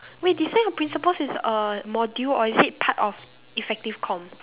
wait this one your principles is a module or is it part of effective come